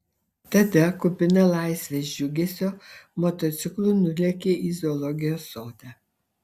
tada kupina laisvės džiugesio motociklu nulėkė į zoologijos sodą